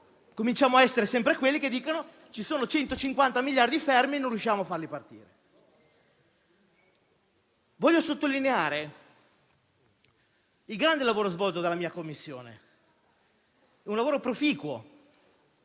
ricominciamo ad essere quelli che dicono che ci sono 150 miliardi fermi e non riusciamo a utilizzarli. Voglio sottolineare il grande lavoro svolto dalla mia Commissione, un lavoro proficuo